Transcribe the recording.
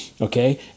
Okay